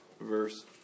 verse